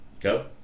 Go